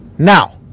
Now